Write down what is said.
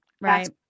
right